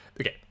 okay